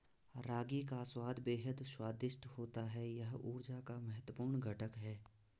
रागी का स्वाद बेहद स्वादिष्ट होता है यह ऊर्जा का महत्वपूर्ण घटक है